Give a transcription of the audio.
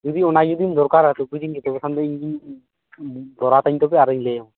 ᱡᱩᱫᱤ ᱚᱱᱟ ᱡᱩᱫᱤᱢ ᱫᱚᱨᱠᱟᱨᱟ ᱥᱩᱠᱨᱤ ᱡᱤᱞ ᱜᱮ ᱛᱚᱵᱮᱠᱷᱟᱱ ᱫᱚ ᱤᱧ ᱜᱮᱧ ᱵᱚᱨᱟᱛᱟᱧ ᱛᱚᱵᱮ ᱟᱨᱤᱧ ᱞᱟᱹᱭᱟᱢᱟ